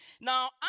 Now